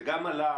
זה גם עלה.